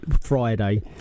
Friday